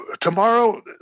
tomorrow